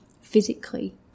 physically